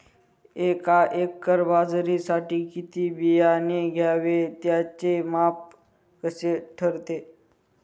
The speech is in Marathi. एका एकर बाजरीसाठी किती बियाणे घ्यावे? त्याचे माप कसे ठरते?